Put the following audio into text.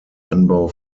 anbau